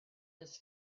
his